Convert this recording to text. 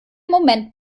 moment